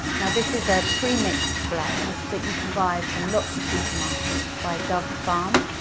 now this is a pre-mixed blend, that you can buy from lots of supermarkets by dove's farm.